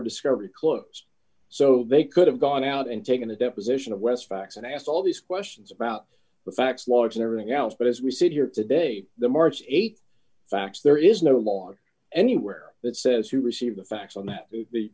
discovery closed so they could have gone out and taken a deposition of west facts and asked all these questions about the facts logs and everything else but as we sit here today the march th facts there is no longer anywhere that says who received the facts on th